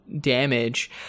damage